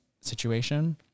situation